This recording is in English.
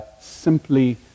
simply